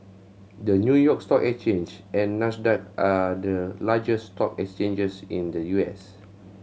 the New York Stock Exchange and Nasdaq are the largest stock exchanges in the U S